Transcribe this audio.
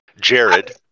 Jared